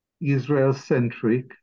Israel-centric